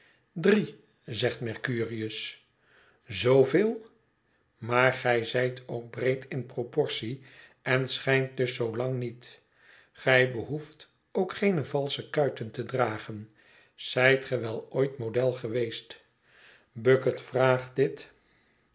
drie zegt mercurius zooveel maar gij zijt ook breed in proportie en schijnt dus zoo lang niet gij behoeft ook geene valsche kuiten te dragen zijt ge wel ooit model geweest bucket vraagt dit